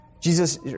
Jesus